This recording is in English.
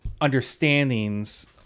understandings